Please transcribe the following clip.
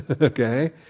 Okay